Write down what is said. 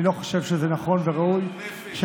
אני לא חושב שזה נכון וראוי, גועל נפש.